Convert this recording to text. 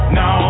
no